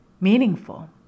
meaningful